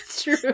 True